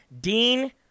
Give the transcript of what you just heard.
Dean